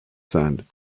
sand